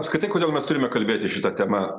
apskritai kodėl mes turime kalbėti šita tema